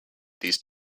these